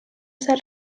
ser